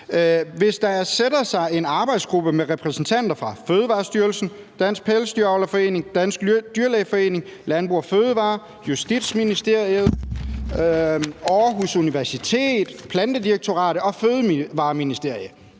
Hvis man nedsætter en arbejdsgruppe med repræsentanter fra Fødevarestyrelsen, Dansk Pelsdyravlerforening, Den Danske Dyrlægeforening, Landbrug & Fødevarer, Justitsministeriet, Aarhus Universitet, Plantedirektoratet og Fødevareministeriet,